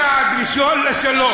צעד ראשון לשלום.